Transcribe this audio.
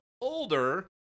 older